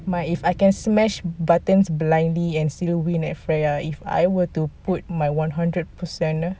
my if I can smash button blindly and still win at freya if I were to put my hundred percent